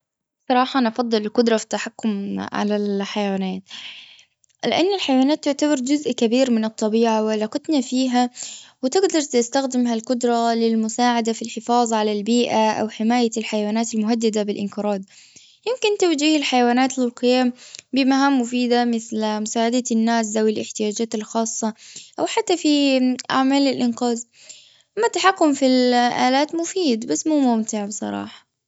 بصراحة أنا أفضل القدرة في التحكم على الحيوانية. لان الحيوانات تعتبر جزء كبير من الطبيعة وعلاقتنا فيها وتقدر تستخدم هالقدرة للمساعدة في الحفاظ على البيئة أو حماية الحيوانات المهددة بالأنقراض. يمكن توجيه الحيوانات للقيام بمهام مفيدة مثل مساعدة الناس ذوي الأحتياجات الخاصة. أو حتى في أعمال الأنقاذ. ما التحكم في الآلآت مفيد بس مو ممتع بصراحة.